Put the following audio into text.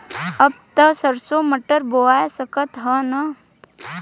अब त सरसो मटर बोआय सकत ह न?